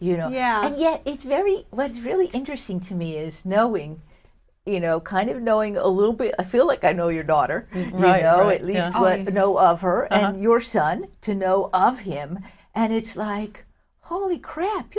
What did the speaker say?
you know yeah yeah it's very what's really interesting to me is knowing you know kind of knowing a little bit a feel like i know your daughter in the know of her your son to know of him and it's like holy crap